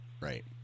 Right